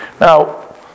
Now